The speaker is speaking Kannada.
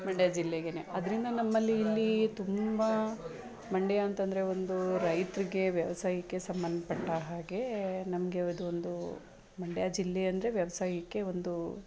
ಮಂಡ್ಯ ಜಿಲ್ಲೆಗೇನೆ ಅದರಿಂದ ನಮ್ಮಲ್ಲಿ ಇಲ್ಲಿ ತುಂಬ ಮಂಡ್ಯ ಅಂತ ಅಂದ್ರೆ ಒಂದು ರೈತರಿಗೆ ವ್ಯವಸಾಯಕ್ಕೆ ಸಂಬಂಧಪಟ್ಟ ಹಾಗೆ ನಮಗೆ ಇದೊಂದು ಮಂಡ್ಯ ಜಿಲ್ಲೆ ಅಂದರೆ ವ್ಯವಸಾಯಕ್ಕೆ ಒಂದು